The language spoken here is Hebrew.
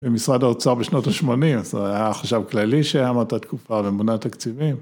במשרד האוצר בשנות ה-80, זה היה חשב כללי שהיה מאותה תקופה ומונע תקציבים.